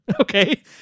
okay